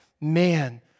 man